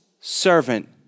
servant